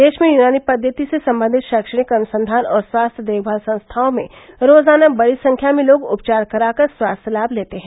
देश में यूनानी पद्धति से संबंधित शैक्षणिक अनुसंघान और स्वास्थ्य देखभाल संस्थाओं में रोजाना बड़ी संख्या में लोग उपचार कराकर स्वास्थ्य लाभ लेते हैं